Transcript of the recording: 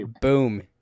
Boom